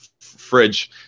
fridge